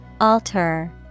Alter